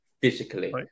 physically